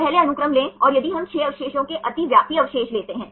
पहले अनुक्रम लें और यदि हम 6 अवशेषों के अतिव्यापी अवशेष लेते हैं